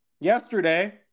yesterday